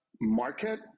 market